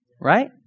right